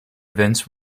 events